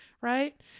right